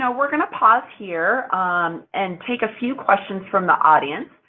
yeah we're gonna pause, here, um and take a few questions from the audience,